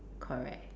correct